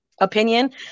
Opinion